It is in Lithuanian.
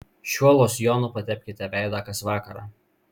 šiuo losjonu patepkite veidą kas vakarą